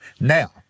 Now